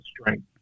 strength